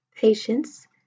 patience